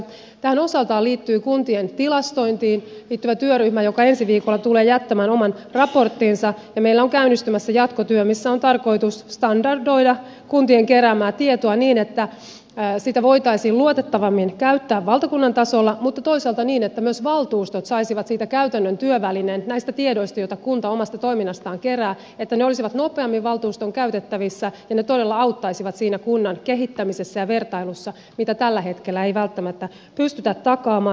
tähän osaltaan liittyy kuntien tilastointiin liittyvä työryhmä joka ensi viikolla tulee jättämään oman raporttinsa ja meillä on käynnistymässä jatkotyö missä on tarkoitus standardoida kuntien keräämää tietoa niin että sitä voitaisiin luotettavammin käyttää valtakunnan tasolla mutta toisaalta niin että myös valtuustot saisivat käytännön työvälineen näistä tiedoista joita kunta omasta toiminnastaan kerää että ne olisivat nopeammin valtuuston käytettävissä ja ne todella auttaisivat siinä kunnan kehittämisessä ja vertailussa mitä tällä hetkellä ei välttämättä pystytä takaamaan